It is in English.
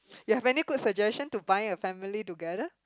you've any good suggestion to bind a family together